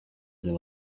there